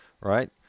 right